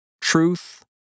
truth